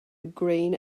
green